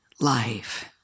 life